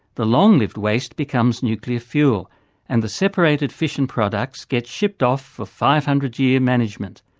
the long-lived waste becomes nuclear fuel and the separated fission products get shipped off for five hundred year management.